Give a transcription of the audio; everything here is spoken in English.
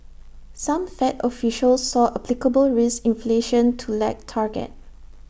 some fed officials saw applicable risk inflation to lag target